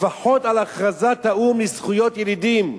לפחות על הכרזת האו"ם לזכויות ילידים.